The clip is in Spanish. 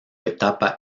etapa